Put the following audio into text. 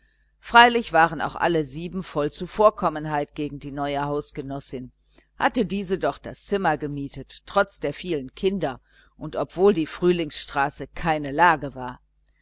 freilich waren auch alle sieben voll zuvorkommenheit gegen die neue hausgenossin hatte diese doch das zimmer gemietet trotz der vielen kinder und trotzdem die frühlingsstraße keine lage war